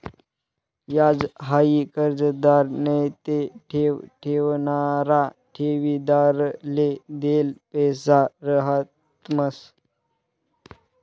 याज हाई कर्जदार नैते ठेव ठेवणारा ठेवीदारले देल पैसा रहातंस